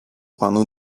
panu